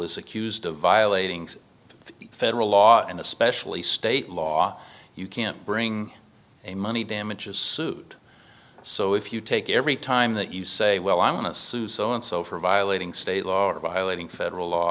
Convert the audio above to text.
is accused of violating federal law and especially state law you can't bring a money damages suit so if you take every time that you say well i'm going to sue so and so for violating state law or violating federal law